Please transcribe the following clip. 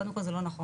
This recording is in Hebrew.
קודם כל זה לא נכון,